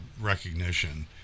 recognition